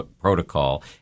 protocol